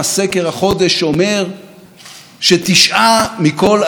ישראלים מאושרים מחייהם בארץ ישראל.